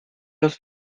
los